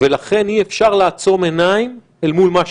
ולכן אי-אפשר לעצום עיניים אל מול מה שמתרחש.